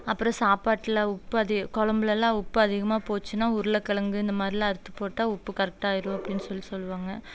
அப்புறம் சாப்பாட்டில் உப்பு அதி குழம்புலலாம் உப்பு அதிகமாக போச்சுனால் உருளை கிழங்கு இந்த மாதிரில்லாம் அறுத்து போட்டால் உப்பு கரெட்டாகிரும் அப்படின்னு சொல்லி சொல்லுவாங்க